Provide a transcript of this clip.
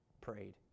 prayed